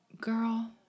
Girl